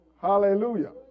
Hallelujah